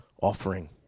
offering